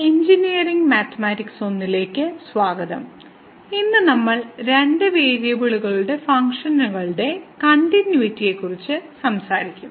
engineering mathematics 1 ലേക്ക് സ്വാഗതം ഇന്ന് നമ്മൾ രണ്ട് വേരിയബിളുകളുടെ ഫംഗ്ഷനുകളുടെ കണ്ടിന്യൂയിറ്റിയെക്കുറിച്ച് സംസാരിക്കും